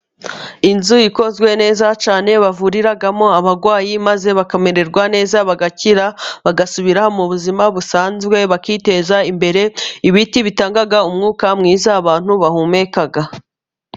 Inzu ikozwe neza cyane bavuriramo abarwayi, maze bakamererwa neza bagakira, bagasubira mu buzima busanzwe bakiteza imbere, ibiti bitanga umwuka mwiza abantu bahumeka.